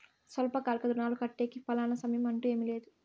స్వల్పకాలిక రుణాలు కట్టేకి ఫలానా సమయం అంటూ ఏమీ లేదు